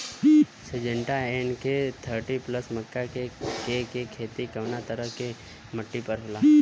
Syngenta NK thirty plus मक्का के के खेती कवना तरह के मिट्टी पर होला?